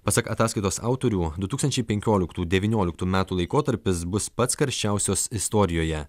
pasak ataskaitos autorių du tūkstančiai penkioliktų devynioliktų metų laikotarpis bus pats karščiausias istorijoje